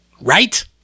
right